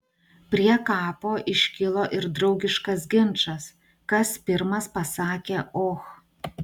prie kapo iškilo ir draugiškas ginčas kas pirmas pasakė och